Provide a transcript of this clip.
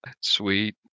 Sweet